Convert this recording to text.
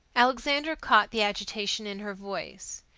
alexander caught the agitation in her voice.